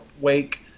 wake